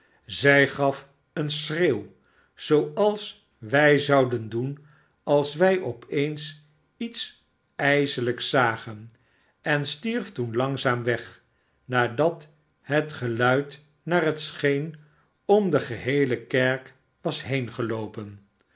zij gaf een schreeuw zooals wij zouden doen als wij op eens iets ijselijks zagen en stierf toen langzaam weg nadat het geluid naar het scheen om de geheele kerk was